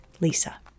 Lisa